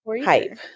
Hype